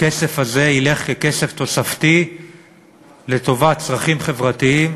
הכסף הזה ילך ככסף תוספתי לטובת צרכים חברתיים